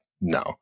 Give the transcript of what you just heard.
no